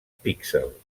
píxel